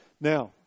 Now